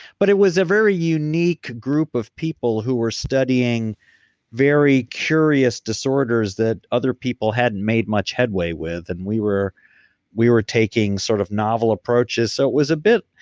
but it was a very unique group of people who were studying very curious disorders that other people hadn't made much headway with and we were we were taking sort of novel approaches so it was a bit,